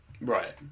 right